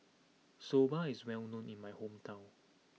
Soba is well known in my hometown